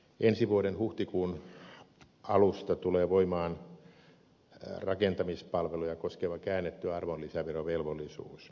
ensi vuoden huhtikuun alusta tulee voimaan rakentamispalveluja koskeva käännetty arvonlisäverovelvollisuus